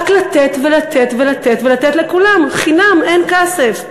רק לתת ולתת ולתת ולתת לכולם חינם אין כסף.